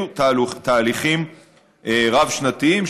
אלו תהליכים רב-שנתיים,